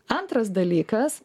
antras dalykas